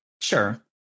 Sure